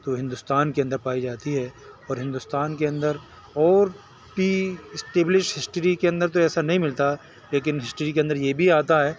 تو ہندوستان کے اندر پائی جاتی ہے اور ہندوستان کے اندر اور بھی اسٹیبلش ہسٹری کے اندر تو ایسا نہیں ملتا لیکن ہسٹری کے اندر یہ بھی آتا ہے